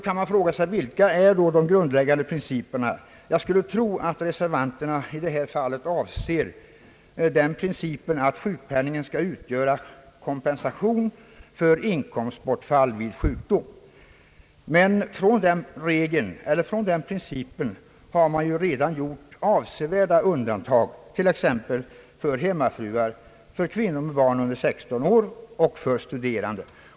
Man kan fråga sig: Vilka är då de grundläggande principerna? Jag skulle tro att reservanterna i detta fall avser principen att sjukpenningen skall utgöra kompensation för inkomstbortfall vid sjukdom. Men från den principen har man ju redan gjort avsevärda undantag, t.ex. för hemmafruar, för kvinnor med barn under 16 år och för studerande.